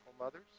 mothers